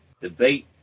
Debate